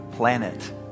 planet